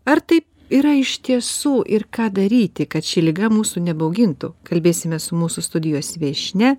ar tai yra iš tiesų ir ką daryti kad ši liga mūsų nebaugintų kalbėsimės su mūsų studijos viešnia